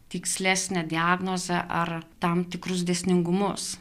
tikslesnę diagnozę ar tam tikrus dėsningumus